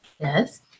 yes